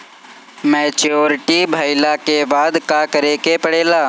Maturity भईला के बाद का करे के पड़ेला?